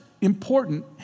important